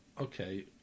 okay